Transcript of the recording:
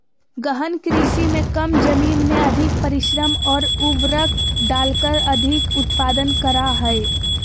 गहन कृषि में कम जमीन में अधिक परिश्रम और उर्वरक डालकर अधिक उत्पादन करा हइ